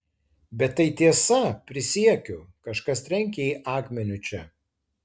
bet tai tiesa prisiekiu kažkas trenkė jai akmeniu čia